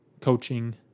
coaching